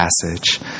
passage